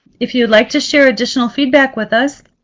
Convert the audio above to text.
if you would like to share additional feedback with us,